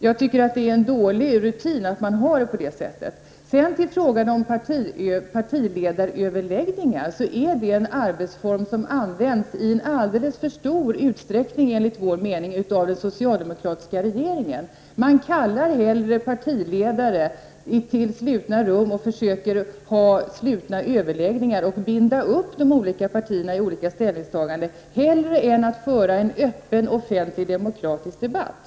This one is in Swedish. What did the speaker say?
Jag tycker att det är en dålig rutin att det är så. Partiledaröverläggningar är en arbetsform som används av den socialdemokratiska regeringen i alldeles för stor utsträckning enligt vpk:s mening. Man kallar hellre partiledare till slutna rum med slutna överläggningar och binder upp de olika partierna i olika ställningstagandenän att man för en öppen offentlig demokratisk debatt.